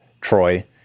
Troy